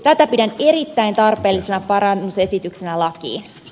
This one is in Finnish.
tätä pidän erittäin tarpeellisena parannusesityksenä lakiin